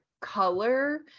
color